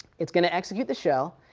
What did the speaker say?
it's going to execute the shell.